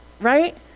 Right